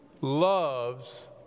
loves